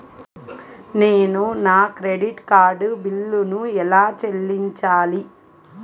నేను నా credit card బిల్లును ఎలా చెల్లించాలీ?